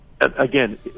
again